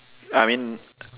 I mean